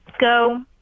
go